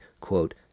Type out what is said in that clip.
quote